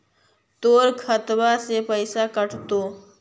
तोर खतबा से पैसा कटतो?